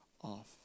off